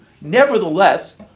Nevertheless